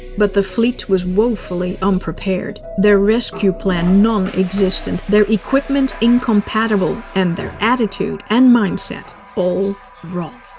but the fleet was woefully unprepared. their rescue plan non-existent, their equipment incompatible, and their attitude and mindset all wrong.